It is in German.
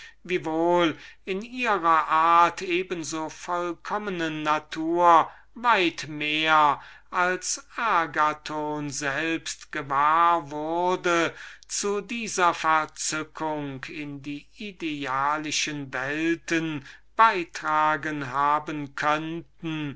eben so vollkommenen natur weit mehr als agathon selbst gewahr wurde zu dieser verzückung in die idealischen welten beigetragen